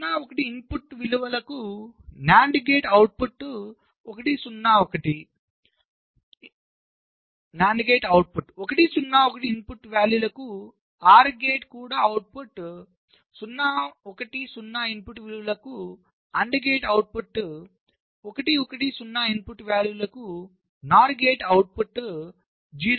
0 1 input విలువలకు NAND gate output 1 0 1 input విలువలకు OR gate కూడా అవుట్పుట్ 1 0 1 ఇన్పుట్ విలువలకు AND గేట్ అవుట్పుట్ 1 1 0 ఇన్పుట్ విలువలకు NOR గేట్ అవుట్పుట్ 0